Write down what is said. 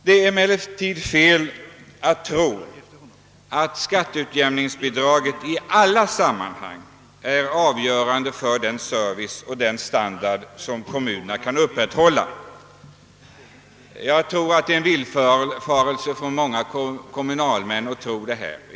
Det är emel lertid felaktigt att tro att skatteutjämningsbidraget i alla sammanhang är avgörande för den service och standard som kommunerna kan upprätthålla — många kommunalmän tar nog miste härvidlag.